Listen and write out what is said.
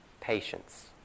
Patience